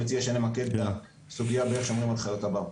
מציע שנמקד את הסוגיה באיך שומרים על חיות הבר.